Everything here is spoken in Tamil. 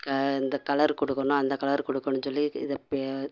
க இந்தக்கலர் கொடுக்கணும் அந்த கலர் கொடுக்கணும் சொல்லி இதை பே